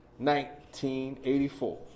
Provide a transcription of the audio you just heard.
1984